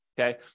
okay